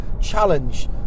challenge